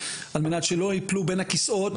על מנת שלא יפלו בין הכסאות,